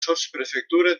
sotsprefectura